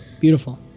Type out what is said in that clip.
Beautiful